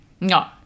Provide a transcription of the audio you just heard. no